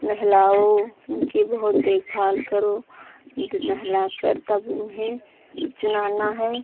नहलाओ उनकी बहुत देखभाल करो दो नहलाकर तब उन्हें चुनाना है